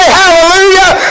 hallelujah